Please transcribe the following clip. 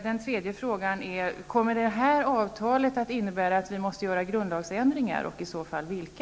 Min tredje fråga är: Kommer det här avtalet att innebära att vi måste göra grundlagsändringar och i så fall vilka?